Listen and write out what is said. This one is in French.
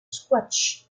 squash